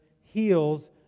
heals